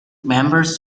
members